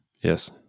Yes